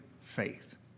faith